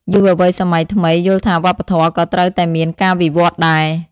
យុវវ័យសម័យថ្មីយល់ថាវប្បធម៌ក៏ត្រូវតែមានការវិវឌ្ឍដែរ។